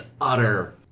utter